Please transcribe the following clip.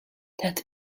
that